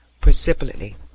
precipitately